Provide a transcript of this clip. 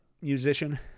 musician